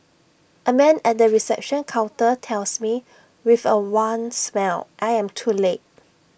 A man at the reception counter tells me with A wan smile I am too late